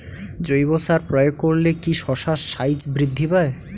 জৈব সার প্রয়োগ করলে কি শশার সাইজ বৃদ্ধি পায়?